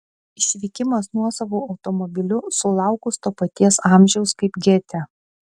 išvykimas nuosavu automobiliu sulaukus to paties amžiaus kaip gėtė